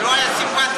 וזה לא היה סימפטי,